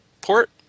port